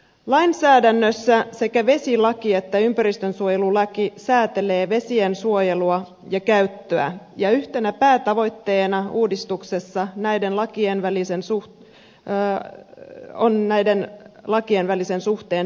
lainsäädännössä sekä vesilaki että ympäristönsuojelulaki säätelee vesien suojelua ja käyttöä ja yhtenä päätavoitteena uudistuksessa on näiden lakien välisen suhteen selkeyttäminen